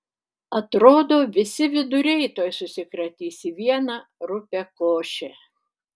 atrodo visi viduriai tuoj susikratys į vieną rupią košę